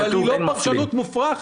--- אבל היא לא פרשנות מופרכת,